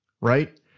right